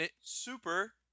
super